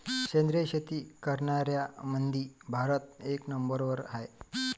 सेंद्रिय शेती करनाऱ्याईमंधी भारत एक नंबरवर हाय